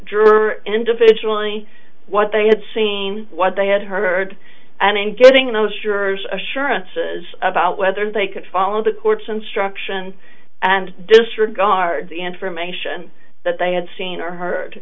juror individually what they had seen what they had heard and then getting those jurors assurance about whether they could follow the court's instructions and disregard the information that they had seen or heard